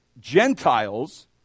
Gentiles